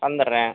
வந்து விடுகிறேன்